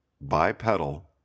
bipedal